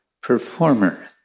performer